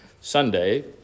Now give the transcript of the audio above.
Sunday